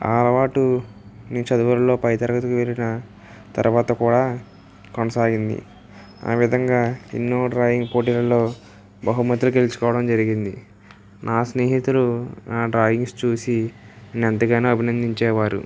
ఆ అలవాటు నేను చదువులలో పై తరగతికి వెళ్ళిన తర్వాత కూడా కొనసాగింది ఆ విధంగా ఎన్నో డ్రాయింగ్ పోటీలలో బహుమతులు గెలుచుకోవడం జరిగింది నా స్నేహితులు నా డ్రాయింగ్స్ చూసి నన్నెంతగానో అభినందించేవారు